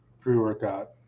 pre-workout